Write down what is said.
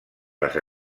les